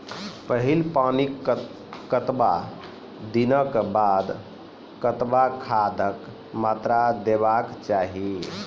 पहिल पानिक कतबा दिनऽक बाद कतबा खादक मात्रा देबाक चाही?